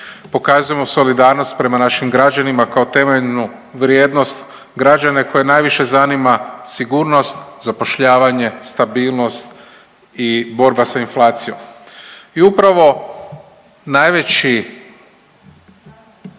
Pokazujemo solidarnost prema našim građanima kao temeljnu vrijednost, građane koje najviše zanima sigurnost, zapošljavanje, stabilnost i borba sa inflacijom. I upravo najveći